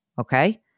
Okay